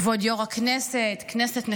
כבוד יו"ר הכנסת, כנסת נכבדה,